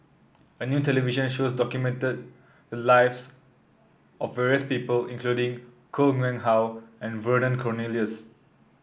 a new television show documented the lives of various people including Koh Nguang How and Vernon Cornelius